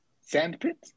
Sandpit